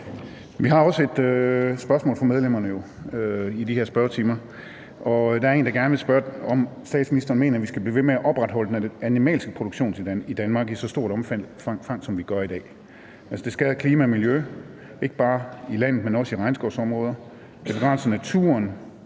Vi har også et spørgsmål fra medlemmerne i de her spørgetimer, og der er en, der gerne vil spørge, om statsministeren mener, at vi skal blive ved med at opretholde den animalske produktion i Danmark i så stort et omfang, som vi gør i dag. Det skader klima og miljø, ikke bare i landet, men også i regnskovsområder, det begrænser naturen,